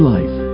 Life